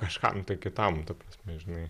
kažkam kitam ta prasme žinai